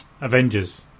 Avengers